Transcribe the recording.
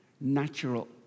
natural